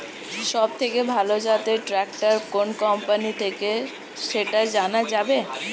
সবথেকে ভালো জাতের ট্রাক্টর কোন কোম্পানি থেকে সেটা জানা যাবে?